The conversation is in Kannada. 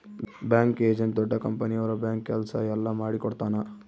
ಬ್ಯಾಂಕ್ ಏಜೆಂಟ್ ದೊಡ್ಡ ಕಂಪನಿ ಅವ್ರ ಬ್ಯಾಂಕ್ ಕೆಲ್ಸ ಎಲ್ಲ ಮಾಡಿಕೊಡ್ತನ